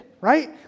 right